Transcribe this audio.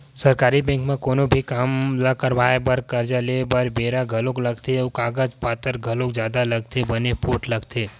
सरकारी बेंक म कोनो भी काम ल करवाय बर, करजा लेय बर बेरा घलोक लगथे अउ कागज पतर घलोक जादा लगथे बने पोठ लगथे